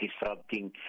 disrupting